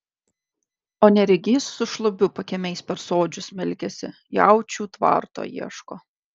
o neregys su šlubiu pakiemiais per sodžių smelkiasi jaučių tvarto ieško